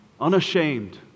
Unashamed